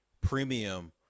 premium